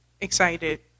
excited